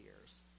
years